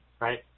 right